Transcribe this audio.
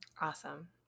Awesome